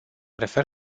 refer